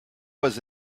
was